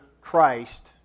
Christ